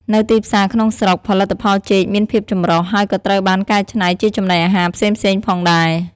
នៅទីផ្សារក្នុងស្រុក ផលិតផលចេកមានភាពចម្រុះ ហើយក៏ត្រូវបានកែច្នៃជាចំណីអាហារផ្សេងៗផងដែរ។